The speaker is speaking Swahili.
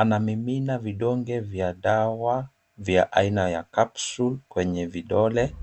Anamimina vidonge vya dawa vya aina ya capsule kwenye vidole